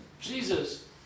Jesus